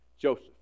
Joseph